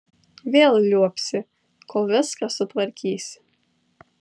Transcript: vėl liuobsi kol viską sutvarkysi